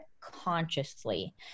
consciously